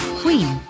queen